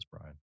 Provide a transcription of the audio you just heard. Brian